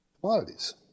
Commodities